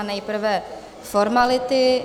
Nejprve formality.